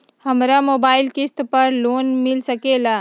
हमरा मोबाइल किस्त पर मिल सकेला?